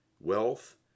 Wealth